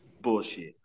bullshit